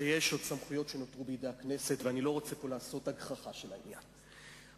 לא יכולים לעשות דברים ממין